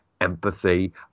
empathy